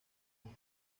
hong